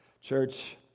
Church